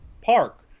Park